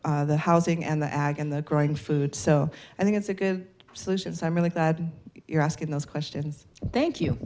the housing and the ag and the growing food so i think it's a good solutions i'm really glad you're asking those questions thank you